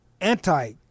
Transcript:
anti